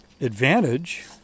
advantage